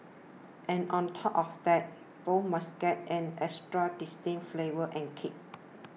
and on top of that both must get an extra distinct flavour and kick